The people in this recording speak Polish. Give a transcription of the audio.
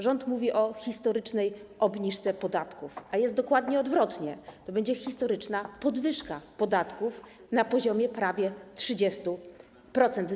Rząd mówi o historycznej obniżce podatków, a jest dokładnie odwrotnie - to będzie historyczna podwyżka podatków na poziomie prawie 30%.